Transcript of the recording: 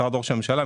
משרד ראש הממשלה,